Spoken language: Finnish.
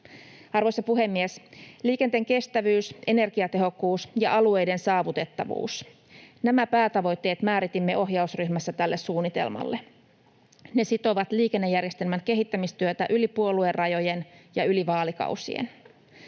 Arvoisa puhemies! Liikenteen kestävyys, energiatehokkuus ja alueiden saavutettavuus. Nämä päätavoitteet määritimme ohjausryhmässä tälle suunnitelmalle. Ne sitovat liikennejärjestelmän kehittämistyötä yli puoluerajojen ja yli vaalikausien.